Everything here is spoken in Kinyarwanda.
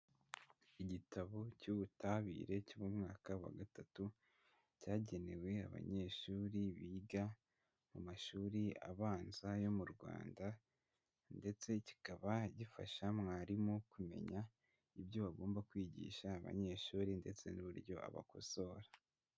Igitabo cy'ubutabire cy'umwaka wa gatatu cyagenewe abanyeshuri biga mu mashuri abanza yo mu Rwanda, ndetse kikaba gifasha mwarimu kumenya ibyo bagomba kwigisha abanyeshuri ndetse n'uburyo abakosora.